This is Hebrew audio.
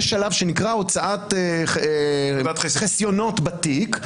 יש שלב שנקרא "הוצאת חסיונות בתיק",